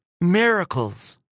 miracles